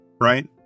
right